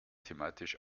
thematisch